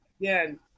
again